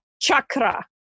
chakra